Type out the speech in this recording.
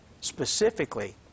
specifically